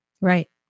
Right